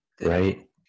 Right